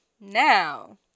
now